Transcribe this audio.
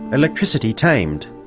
electricity tamed,